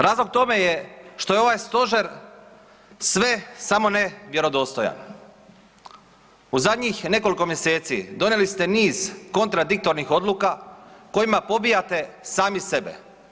Razlog tome je što je ova Stožer sve samo ne vjerodostojan, u zadnjih nekoliko mjeseci donijeli ste niz kontradiktornih odluka kojima pobijate sami sebe.